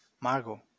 margot